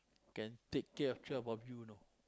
can take of twelve of you know